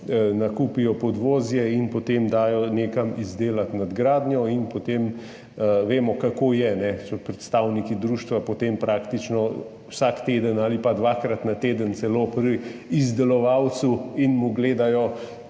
nakupijo podvozje in potem dajo nekam izdelat nadgradnjo in potem, vemo, kako je, so predstavniki društva praktično vsak teden ali pa celo dvakrat na teden pri izdelovalcu in mu gledajo